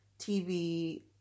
TV